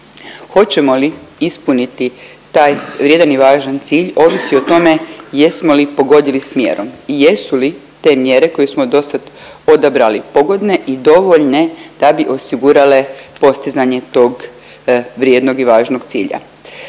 Hoćemo li ispuniti taj vrijedan i važan cilj ovisi o tome jesmo li pogodili s mjerom i jesu li te mjere koje smo do sad odabrali pogodne i dovoljne da bi osigurale postizanje tog vrijednog i važnog cilja.